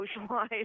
socialize